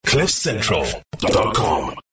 cliffcentral.com